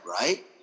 right